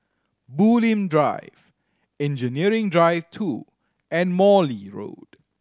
Bulim Drive Engineering Drive Two and Morley Road